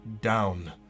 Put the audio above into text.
down